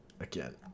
Again